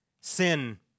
sin